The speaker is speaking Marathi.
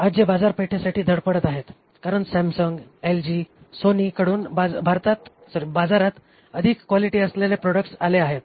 आज ते बाजारपेठेसाठी धडपडत आहेत कारण सॅमसंग एलजी आणि सोनीकडून बाजारात अधिक क्वालिटी असलेले प्रॉडक्ट्स आले आहेत